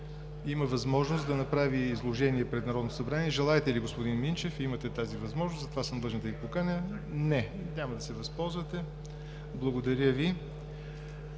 има възможност да направи изложение пред Народното събрание. Желаете ли, господин Минчев? Имате тази възможност, затова съм длъжен да Ви поканя. Няма да се възползвате. Благодаря Ви.